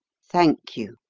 thank you,